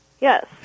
Yes